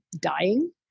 dying